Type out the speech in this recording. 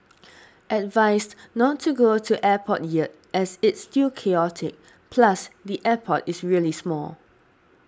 advised not to go to airport yet as it's still chaotic plus the airport is really small